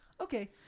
Okay